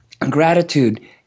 gratitude